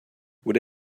would